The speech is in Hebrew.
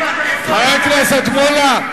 חבר הכנסת מולה,